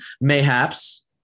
mayhaps